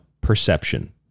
perception